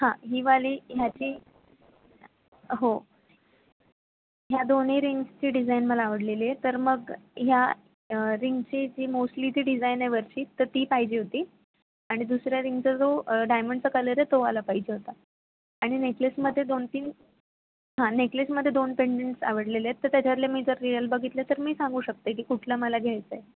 हां ही वाली ह्यातली हो ह्या दोन्ही रिंग्सची डिझाइन मला आवडलेली आहे तर मग ह्या रिंगची जी मोस्टली जी डिजाइन आहे वरची तर ती पाहिजे होती आणि दुसऱ्या रिंगचा जो डायमंडचा कलर आहे तो वाला पाहिजे होता आआणि नेकलेसमध्ये दोन तीन हां नेकलेसमध्ये दोन पेंडंट्स आवडलेले आहेत तर त्याच्यातले मी जर रिअल बघितले तर मी सांगू शकते की कुठला मला घ्यायचा आहे